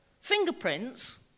Fingerprints